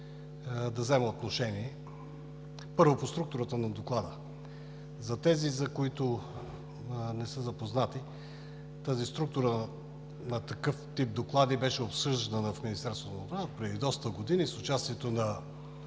да взема отношение. Първо, по структурата на Доклада. За тези, които не са запознати, структурата на такъв тип доклади беше обсъждана в Министерството на отбраната преди доста години с участието на